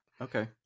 Okay